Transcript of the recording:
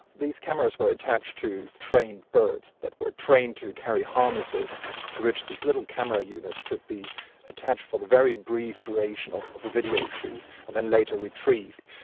these camera were attached to trained birds that were trained to carry harnesses to which these little camera units could be attached for the very brief duration of of a video shoot, and then later retrieved.